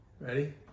Ready